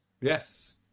yes